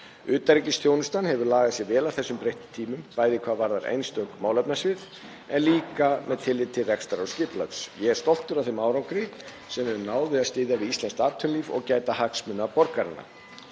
Utanríkisþjónustan hefur lagað sig vel að þessum breyttu tímum, bæði hvað varðar einstök málefnasvið en líka með tilliti til rekstrar og skipulags. Ég er stoltur af þeim árangri sem við höfum náð við að styðja við íslenskt atvinnulíf og gæta hagsmuna borgaranna.